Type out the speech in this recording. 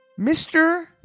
Mr